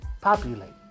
populate